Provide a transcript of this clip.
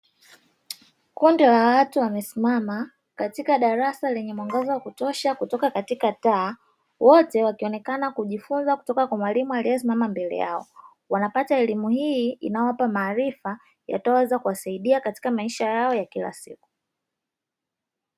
Kundi la watu wamesimama katika darasa lenye mwanga wa kutosha kutoka katika taa, wote wakionekana kujifunza kutoka kwa mwalimu aliyesimama mbele yao. Wanapata elimu hii inayowapa maarifa, yatayoweza kuwasaidia katika maisha yao ya kila siku.